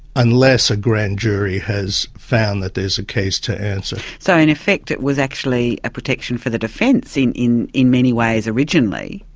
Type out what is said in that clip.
unless a grand jury has found that there's a case to answer. so in effect it was actually a protection for the defence in in many ways originally,